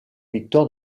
victor